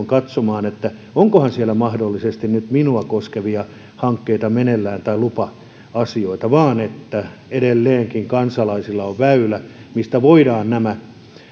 katsomaan että onkohan siellä mahdollisesti nyt minua koskevia hankkeita tai lupa asioita meneillään vaan että edelleenkin kansalaisilla on väylä mistä nämä